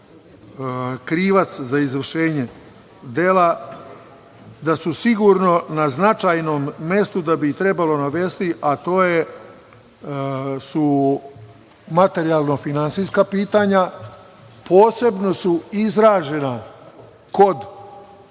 krivac za izvršenje dela, da su sigurno na značajnom mestu da bi trebalo navesti, a to su materijalno finansijska pitanja, posebno su izražena kod